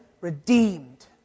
redeemed